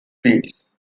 fields